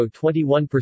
21%